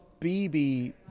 BB